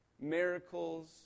miracles